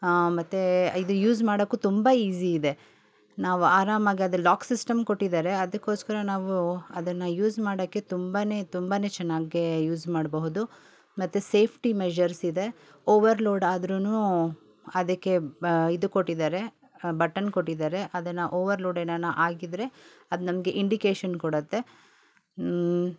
ಆಂ ಮತ್ತು ಇದು ಯೂಸ್ ಮಾಡೋಕ್ಕು ತುಂಬ ಈಸಿ ಇದೆ ನಾವು ಆರಾಮಾಗಿ ಅದ್ರಲ್ಲಿ ಲಾಕ್ ಸಿಸ್ಟಮ್ ಕೊಟ್ಟಿದಾರೆ ಅದಕ್ಕೋಸ್ಕರ ನಾವು ಅದನ್ನು ಯೂಸ್ ಮಾಡೋಕ್ಕೆ ತುಂಬ ತುಂಬ ಚೆನ್ನಾಗೆ ಯೂಸ್ ಮಾಡಬಹುದು ಮತ್ತು ಸೇಫ್ಟಿ ಮೆಜರ್ಸ್ ಇದೆ ಓವರ್ ಲೋಡ್ ಆದ್ರು ಅದಕ್ಕೆ ಇದು ಕೊಟ್ಟಿದಾರೆ ಬಟನ್ ಕೊಟ್ಟಿದಾರೆ ಅದನ್ನು ಓವರ್ ಲೋಡ್ ಏನಾನ ಆಗಿದ್ರೆ ಅದು ನಮಗೆ ಇಂಡಿಕೇಶನ್ ಕೊಡುತ್ತೆ